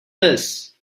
this